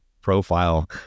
profile